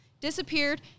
disappeared